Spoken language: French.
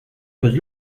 cause